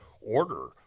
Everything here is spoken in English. order